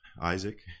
Isaac